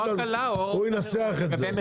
הוא ינסח את זה.